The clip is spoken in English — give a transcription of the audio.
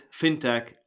fintech